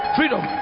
Freedom